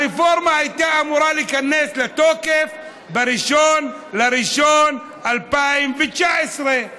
הרפורמה הייתה אמורה להיכנס לתוקף ב-1 בינואר 2019,